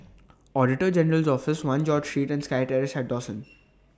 Auditor General's Office one George Street and Sky Terrace At Dawson